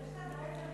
איך שאתה דואג למרצ.